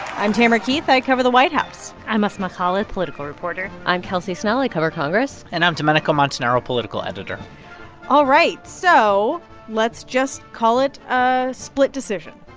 i'm tamara keith. i cover the white house i'm asma khalid, political reporter i'm kelsey snell. i cover congress and i'm domenico montanaro, political editor all right. so let's just call it ah split decision